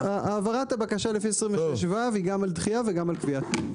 העברת הבקשה לפי 26ו היא גם על דחייה וגם על קביעת תנאים.